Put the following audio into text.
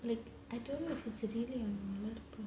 like I don't know if it's really their வளர்ப்பு:valarppu